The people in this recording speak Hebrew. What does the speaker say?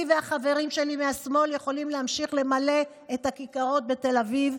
אני והחברים שלי מהשמאל יכולים להמשיך למלא את הכיכרות בתל אביב,